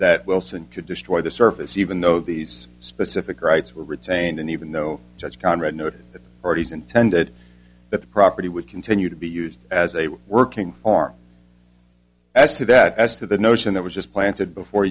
that wilson could destroy the service even though these specific rights were retained and even though such conrad knew it already is intended that the property would continue to be used as a working arm as to that as to the notion that was just planted before